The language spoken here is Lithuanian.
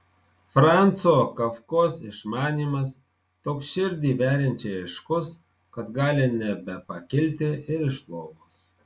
franco kafkos išmanymas toks širdį veriančiai aiškus kad gali nebepakilti ir iš lovos